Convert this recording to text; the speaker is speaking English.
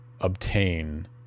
Obtain